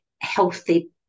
healthy